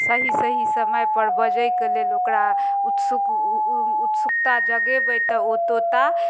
सही सही समय पर बाजैके लेल ओकरा उत्सुक उत्सुकता जगेबै तऽ ओ तोता